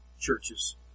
churches